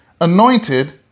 anointed